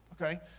okay